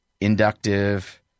inductive